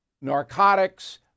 narcotics